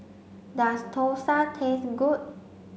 does Thosai taste good